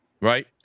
right